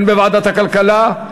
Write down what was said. הן בוועדת הכלכלה.